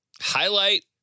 Highlight